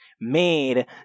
made